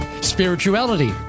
spirituality